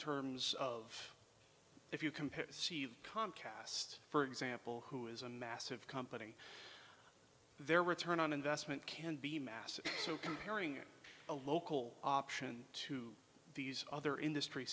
terms of if you compare contrast for example who is a massive company their return on investment can be massive so comparing a local option to these other industry